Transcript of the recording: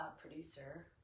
producer